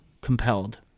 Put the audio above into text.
compelled